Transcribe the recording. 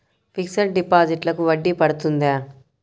Fixed డిపాజిట్లకు వడ్డీ పడుతుందా?